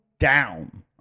down